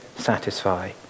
satisfy